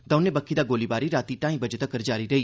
दौने बक्खी दा गोलीबारी रातीं ढाई बजे तक्कर जारी रेई